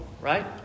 right